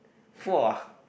four ah